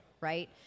right